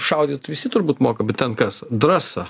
šaudyt visi turbūt moka bet ten kas drąsa